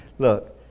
Look